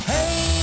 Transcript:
Hey